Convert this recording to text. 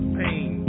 pain